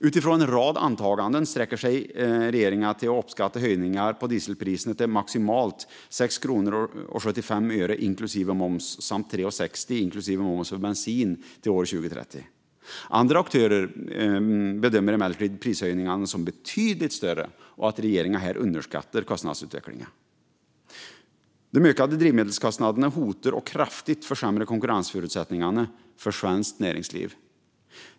Utifrån en rad antaganden sträcker sig regeringen till att uppskatta höjningarna av dieselpriserna till maximalt 6,75 kronor, inklusive moms, samt 3,60 kronor, inklusive moms, för bensin till år 2030. Andra aktörer bedömer emellertid prishöjningarna som betydligt större och att regeringen här underskattar kostnadsutvecklingen. De ökande drivmedelskostnaderna hotar att kraftigt försämra konkurrensförutsättningarna för svenskt näringsliv.